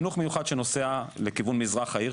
חינוך מיוחד שנוסע לכיוון מזרח העיר,